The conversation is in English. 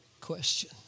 question